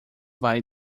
vai